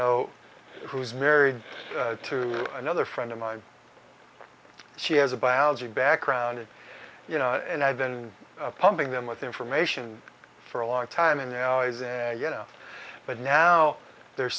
know who's married to another friend of mine she has a biology background and you know and i've been pumping them with information for a long time and now is and you know but now they're